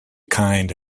kind